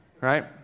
right